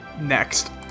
Next